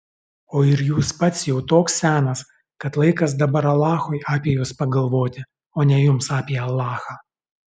o ir jūs pats jau toks senas kad laikas dabar alachui apie jus pagalvoti o ne jums apie alachą